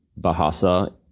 Bahasa